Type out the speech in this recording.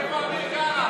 בבקשה.